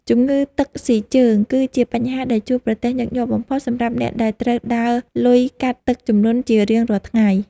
ជំងឺទឹកស៊ីជើង គឺជាបញ្ហាដែលជួបប្រទះញឹកញាប់បំផុតសម្រាប់អ្នកដែលត្រូវដើរលុយកាត់ទឹកជំនន់ជារៀងរាល់ថ្ងៃ។